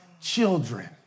children